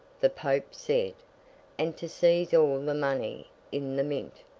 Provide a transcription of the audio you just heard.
the pope said and to seize all the money in the mint,